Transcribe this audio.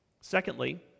Secondly